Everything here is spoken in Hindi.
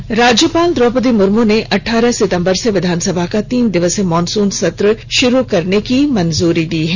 विधानसभा सत्र राज्यपाल द्रौपदी मुर्मू ने अठारह सितंबर से विधानसभा का तीन दिवसीय मानसुन सत्र शुरू करने की मंजूरी दी है